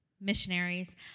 missionaries